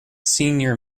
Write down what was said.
senior